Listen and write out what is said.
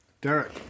Derek